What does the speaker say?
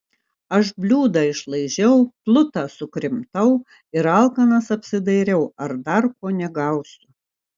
aš bliūdą išlaižiau plutą sukrimtau ir alkanas apsidairiau ar dar ko negausiu